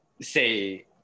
say